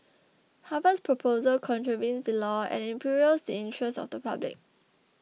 Harvard's proposal contravenes the law and imperils the interest of the public